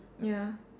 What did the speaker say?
ya